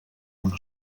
una